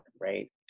right